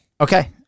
Okay